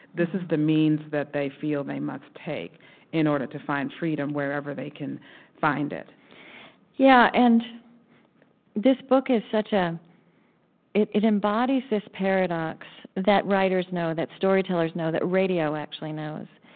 this is the means that they feel they must take in order to find freedom wherever they can find it yeah. and this book is such ah a it embodies this paradox that writers know, that storytellers know, that radio actually knows,